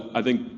i think